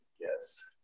Yes